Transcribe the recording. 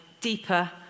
deeper